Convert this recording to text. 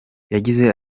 yagize